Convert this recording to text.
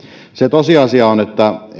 tosiasia on